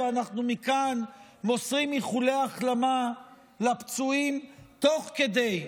ואנחנו מכאן מוסרים איחולי החלמה לפגועים תוך כדי,